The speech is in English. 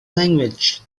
language